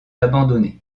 abandonnés